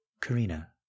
Karina